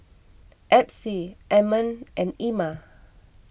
Epsie Ammon and Ima